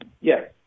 Yes